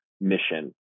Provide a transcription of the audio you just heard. mission